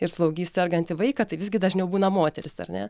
ir slaugys sergantį vaiką tai visgi dažniau būna moterys ar ne